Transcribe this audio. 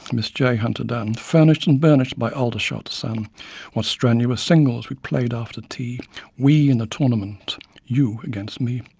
miss j. hunter dunn furnish'd and burnish'd by aldershot sun what strenuous singles we played after tea we in the tournament you against me!